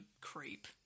creep